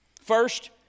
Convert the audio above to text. First